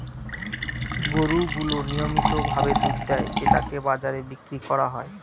গরু গুলো নিয়মিত ভাবে দুধ দেয় যেটাকে বাজারে বিক্রি করা হয়